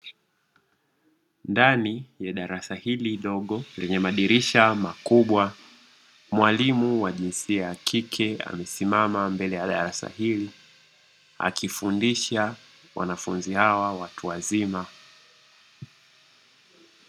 Ndani ya darasa hili dogo lenye madirisha makubwa, mwalimu wa jinsia ya kike amesimama mbele ya darasa hili akifundisha wanafunzi hawa watu wazima.